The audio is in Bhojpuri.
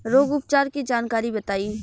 रोग उपचार के जानकारी बताई?